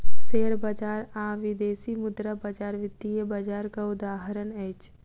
share बजार आ विदेशी मुद्रा बजार वित्तीय बजारक उदाहरण अछि